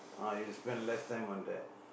ah you'll spend less time on there